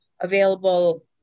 available